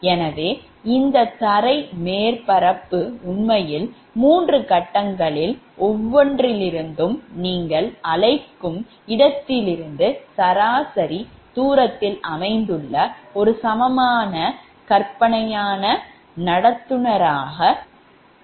எனவே இந்த தரை மேற்பரப்பு உண்மையில் மூன்று கட்டங்களில் ஒவ்வொன்றிலிருந்தும் நீங்கள் அழைக்கும் இடத்திலிருந்து சராசரி தூரத்தில் அமைந்துள்ள ஒரு சமமான கற்பனையான நடத்துனராக மதிப்பிடப்படுகிறது